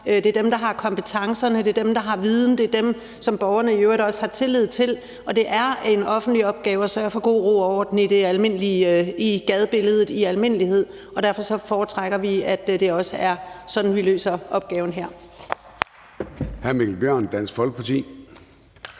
det er dem, der har kompetencerne, det er dem, der har en viden, og det er dem, som borgerne i øvrigt også har tillid til, og det er en offentlig opgave at sørge for god ro og orden i gadebilledet i almindelighed. Derfor foretrækker vi også, at det er sådan, vi løser opgaven her.